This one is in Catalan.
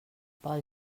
pel